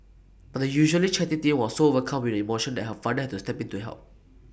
but the usually chatty teen was so overcome with emotion that her father had to step in to help